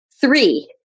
Three